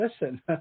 listen